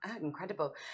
incredible